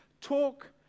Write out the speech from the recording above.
Talk